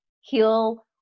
heal